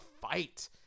fight